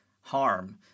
harm